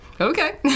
Okay